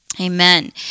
Amen